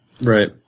Right